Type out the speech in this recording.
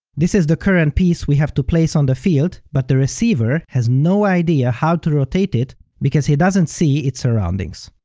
this is the current piece we have to place on the field, but the receiver has no idea how to rotate it because he doesn't see its surroundings.